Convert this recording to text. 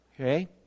okay